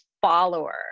follower